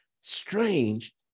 strange